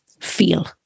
feel